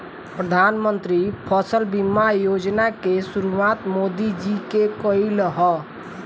प्रधानमंत्री फसल बीमा योजना के शुरुआत मोदी जी के कईल ह